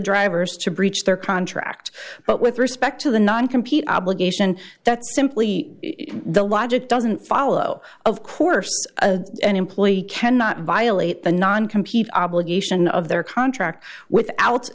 drivers to breach their contract but with respect to the nine compete obligation that simply the logic doesn't follow of course an employee cannot violate the non computer obligation of their contract without